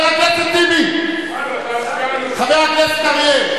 אנחנו בעד, חבר הכנסת טיבי.